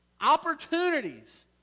Opportunities